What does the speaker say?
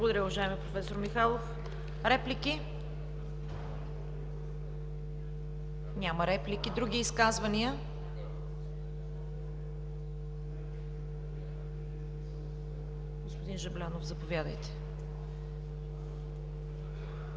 Благодаря, уважаеми професор Михайлов. Реплики? Няма реплики. Други изказвания? Господин Жаблянов, заповядайте.